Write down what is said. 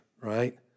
right